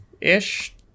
ish